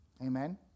amen